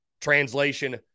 translation